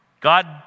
God